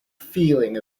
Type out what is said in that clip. feeling